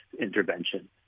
intervention